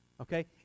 Okay